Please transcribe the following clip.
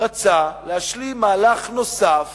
רצה להשלים מהלך נוסף